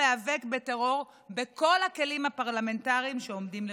להיאבק בטרור בכל הכלים הפרלמנטריים שעומדים לרשותנו.